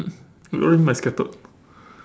what you mean by scattered